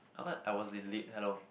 I like I was in Lit hello